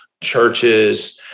churches